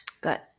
Good